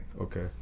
okay